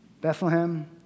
Bethlehem